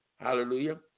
Hallelujah